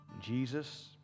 Jesus